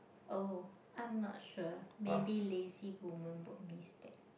oh I'm not sure maybe lazy woman would miss that